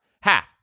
half